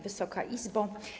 Wysoka Izbo!